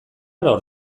lor